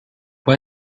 può